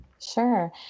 Sure